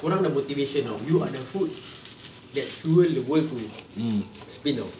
korang dah motivation [tau] you are the food that fuel the world to spin [tau]